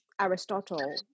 Aristotle